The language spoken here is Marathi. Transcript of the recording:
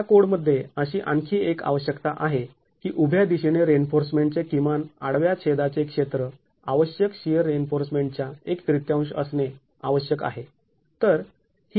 या कोडमध्ये अशी आणखी एक आवश्यकता आहे की उभ्या दिशेने रिइन्फोर्समेंट चे किमान आडव्या छेदाचे क्षेत्र आवश्यक शिअर रिइन्फोर्समेंट च्या एक तृतीयांश असणे आवश्यक आहे